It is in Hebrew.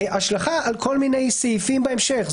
השלכה על כל מיני סעיפים בהמשך.